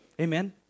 Amen